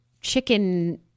chicken